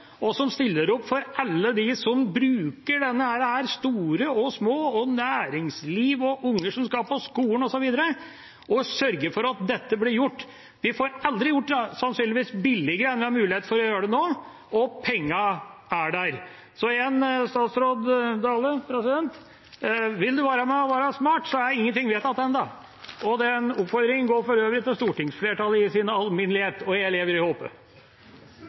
behovet og stiller opp for alle dem som bruker denne veien – store og små, næringsliv, unger som skal på skolen osv. – og sørger for at dette blir gjort. Vi får sannsynligvis aldri gjort det billigere enn det vi har mulighet til nå, og pengene er der. Så igjen: Vil statsråd Dale være med og være smart? Ingenting er vedtatt ennå. Den oppfordringen går for øvrig til stortingsflertallet i sin alminnelighet – og jeg lever i håpet.